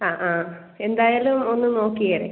ആ ആ എന്തായാലും ഒന്ന് നോക്കിയേര്